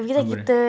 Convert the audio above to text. apa dia